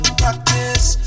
practice